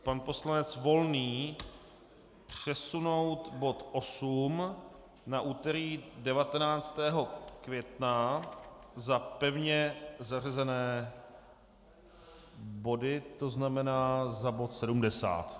Pan poslanec Volný přesunout bod 8 na úterý 19. května za pevně zařazené body, to znamená za bod 70.